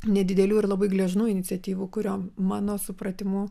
nedidelių ir labai gležnų iniciatyvų kuriom mano supratimu